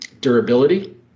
durability